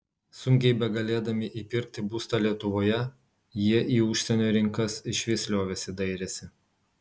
sunkiai begalėdami įpirkti būstą lietuvoje jie į užsienio rinkas išvis liovėsi dairęsi